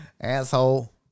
Asshole